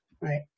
Right